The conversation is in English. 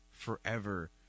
forever